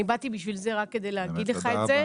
אני באתי רק כדי להגיד לך את זה,